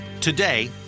today